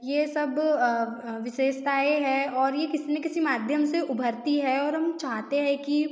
ये सब विशेषताएँ हैं और ये किसी ना किसी माध्यम से उभरती हैं और हम चाहते हैं कि